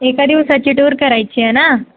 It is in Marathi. एका दिवसाची टूर करायची आहे ना